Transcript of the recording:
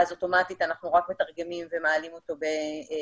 אז אוטומטית אנחנו רק מתרגמים ומעלים אותו בערבית,